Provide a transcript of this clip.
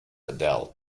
adele